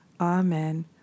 Amen